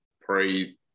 pray